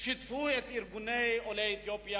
שיתפו את ארגוני עולי אתיופיה,